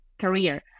career